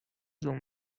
زوم